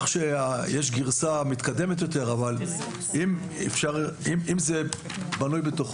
שיש גרסה מתקדמת יותר אבל אם זה בנוי בתוך